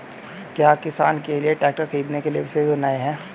क्या किसानों के लिए ट्रैक्टर खरीदने के लिए विशेष योजनाएं हैं?